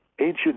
ancient